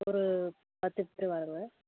ஒரு பத்து பேர் வர்றோம்